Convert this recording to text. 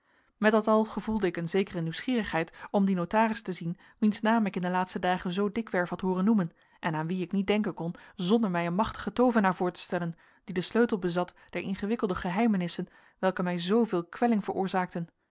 met dat al gevoelde ik eene zekere nieuwsgierigheid om dien notaris te zien wiens naam ik in de laatste dagen zoo dikwerf had hooren noemen en aan wien ik niet denken kon zonder mij een machtigen toovenaar voor te stellen die den sleutel bezat der ingewikkelde geheimenissen welke mij zooveel kwelling veroorzaakten